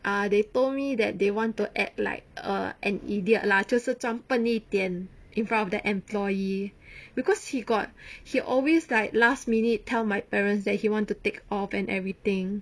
ah they told me that they want to act like err an idiot lah 就是装笨一点 in front of the employee because he got he always like last minute tell my parents that he want to take off and everything